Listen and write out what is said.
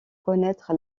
connaître